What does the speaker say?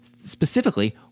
specifically